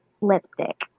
lipstick